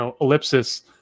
ellipsis